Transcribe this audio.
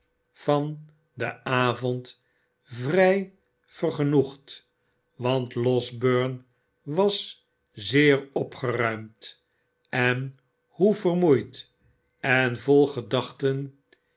van den avond vrij vergenoegd want losberne was zeer opgeruimd en hoe vermoeid en vol gedachten